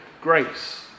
Grace